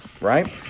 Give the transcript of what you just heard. right